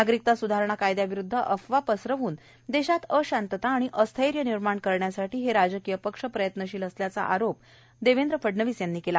नागरीकता सुधारणा कायद्याविरुध्द अफवा पसरवून देशात अशांतता आणि अस्थेर्य निर्माण करण्यासाठी हे राजकीय पक्ष प्रयत्नशिल असल्याचा आरोपही फडणवीस यांनी केला